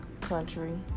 country